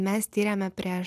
mes tyrėme prieš